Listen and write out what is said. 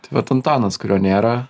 tai vat antanas kurio nėra